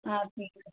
हा ठीकु आहे